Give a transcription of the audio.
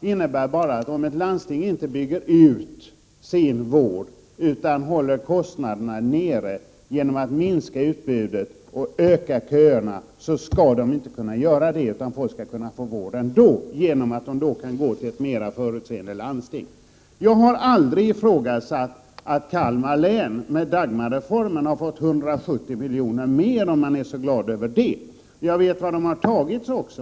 innebär bara att om ett landsting inte bygger ut sin vård utan håller kostnaderna nere genom att minska utbudet och öka köerna, så skall folk kunna få vård ändå genom att de kan gå till ett mera förutseende landsting. Jag har aldrig ifrågasatt att Kalmar län med Dagmarreformen har fått 170 milj.kr. mer och att man är glad över det. Jag vet också var dessa pengar har tagits.